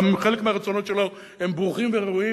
גם חלק מהרצונות שלו ברוכים וראויים,